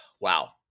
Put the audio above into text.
Wow